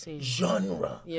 genre